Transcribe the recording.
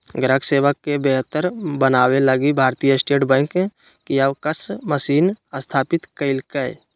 ग्राहक सेवा के बेहतर बनाबे लगी भारतीय स्टेट बैंक कियाक्स मशीन स्थापित कइल्कैय